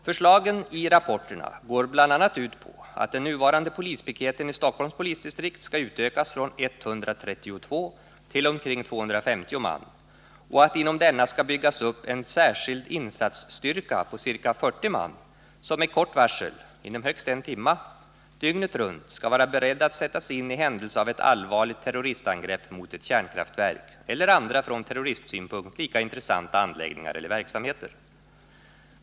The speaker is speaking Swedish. Förslagen i rapporterna går bl.a. ut på att den nuvarande polispiketen i Stockholms polisdistrikt skall utökas från 132 till omkring 250 man och att det inom denna skall byggas upp en särskild insatsstyrka på ca 40 man, som med kort varsel — inom högst en timma — dygnet runt skall vara beredd att sättas in i händelse av ett allvarligt terroristangrepp mot ett kärnkraftverk eller andra från terroristsynpunkt lika intressanta anläggningar eller verksamheter.